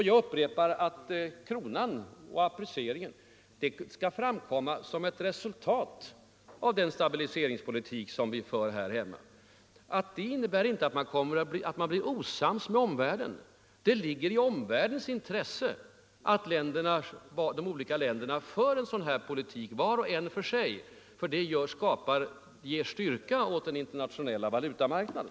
Jag upprepar att apprecieringen av kronan skall framkomma som resultat av den stabiliseringspolitik som vi för här hemma. Det innebär inte att vi blir osams med omvärlden. Det ligger i omvärldens intresse att de olika länderna för en sådan politik, vart och ett för sig, för det ger styrka åt den internationella valutamarknaden.